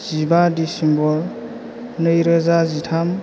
जिबा दिसेम्बर नै रोजा जिथाम